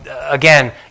Again